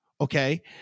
Okay